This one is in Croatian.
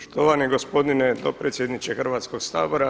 Štovani gospodine dopredsjedniče Hrvatskoga sabora.